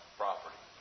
property